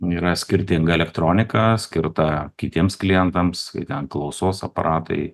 yra skirtinga elektronika skirta kitiems klientams kai ten klausos aparatai